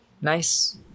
nice